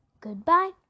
goodbye